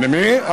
למי?